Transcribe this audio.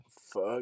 fuck